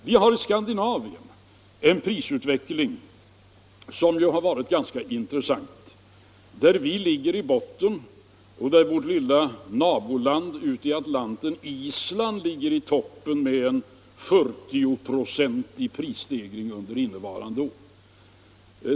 Vi har i Skandinavien en prisutveckling som ju har varit ganska intressant, men där vi ligger i botten och där vårt lilla naboland i Atlanten, Island, ligger i toppen med 40-procentig prisstegring under innevarande år.